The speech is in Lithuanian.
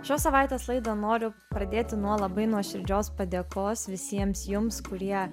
šios savaitės laidą noriu pradėti nuo labai nuoširdžios padėkos visiems jums kurie